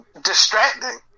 distracting